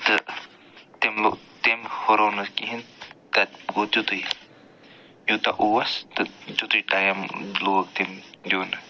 تہٕ تٔمۍ لوٚ تٔمۍ ہُرو نہٕ کِہیٖنۍ تَتہِ گوٚو تیُتُے یوٗتاہ اوس تیتُے ٹایِم لوگ تٔمۍ دیُن